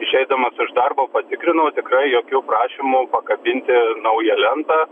išeidamas iš darbo patikrinau tikrai jokių prašymų pakabinti naują lentą